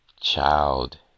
child